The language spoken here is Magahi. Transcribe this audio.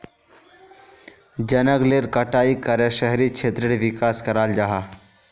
जनगलेर कटाई करे शहरी क्षेत्रेर विकास कराल जाहा